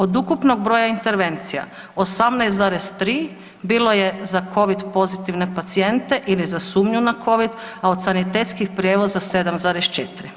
Od ukupnog broja intervencija 18,3 bilo je za covid pozitivne pacijente ili za sumnju na covid, a od sanitetskih prijevoza 7,4.